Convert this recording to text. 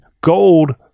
gold